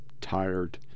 tired